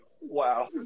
Wow